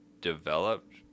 developed